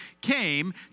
came